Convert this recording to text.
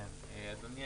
אדוני,